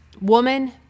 Woman